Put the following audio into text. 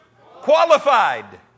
Qualified